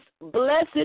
blessed